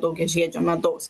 daugiažiedžio medaus